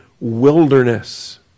wilderness